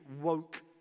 woke